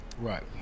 Right